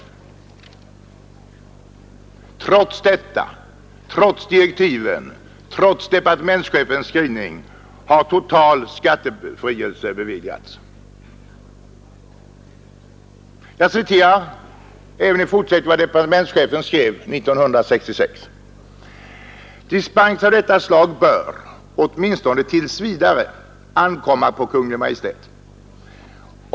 Men trots detta, trots direktiven och trots departementschefens skrivning har total skattebefrielse beviljats. Jag citerar vidare vad departementschefen skrev 1966: ”Dispenser av detta slag bör, åtminstone tills vidare, ankomma på Kungl. Maj:t.